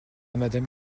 madame